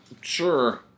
Sure